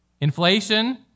Inflation